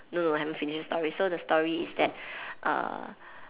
no no I haven't finish the story so the story is that uh